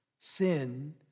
Sin